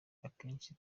akenshi